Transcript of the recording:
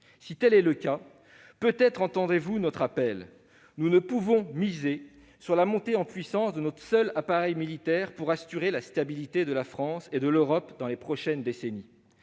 » Dès lors, peut-être entendrez-vous notre appel : nous ne pouvons miser sur la montée en puissance de notre seul appareil militaire pour assurer la stabilité de la France et de l'Europe dans les prochaines décennies.